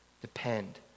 depend